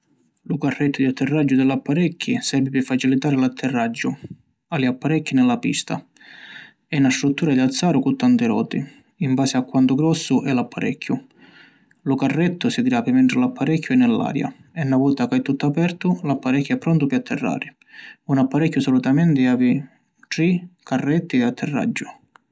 Lu carrettu di atterraggiu di l’apparecchi servi pi facilitari l’atterraggiu a li apparecchi ni la pista. È na struttura di azzaru cu tanti roti, in basi a quantu grossu è l’apparecchiu. Lu carrettu si grapi mentri l’apparecchiu è ni l’aria e na vota ca è tuttu apertu, l’apparecchiu è prontu pi atterrari. Un apparecchiu solitamenti havi tri carretti di atterraggiu.